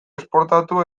esportatu